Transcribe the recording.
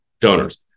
donors